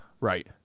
Right